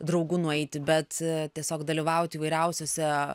draugų nueiti bet tiesiog dalyvauti įvairiausiose